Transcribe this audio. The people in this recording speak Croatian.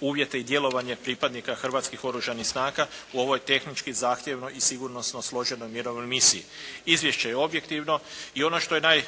uvjete i djelovanje pripadnika hrvatskih oružanih snaga u ovoj tehnički zahtjevnoj i sigurnosno složenoj mirovnoj misiji. Izvješće je objektivno i ono što je